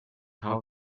how